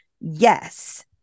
yes